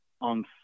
on